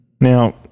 now